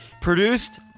Produced